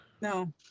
No